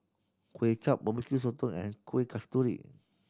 Kuay Chap Barbecue Sotong and Kuih Kasturi